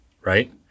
right